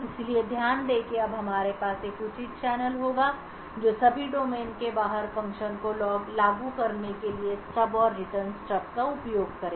इसलिए ध्यान दें कि अब हमारे पास एक उचित चैनल होगा जो सभी डोमेन के बाहर फ़ंक्शन को लागू करने के लिए स्टब और रिटर्न स्टेब का उपयोग करेगा